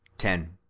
ten.